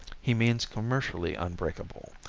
he means commercially unbreakable.